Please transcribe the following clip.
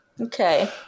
Okay